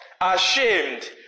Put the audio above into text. ashamed